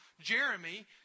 Jeremy